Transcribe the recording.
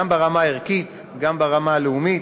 גם ברמה הערכית, גם ברמה הלאומית,